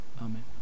Amen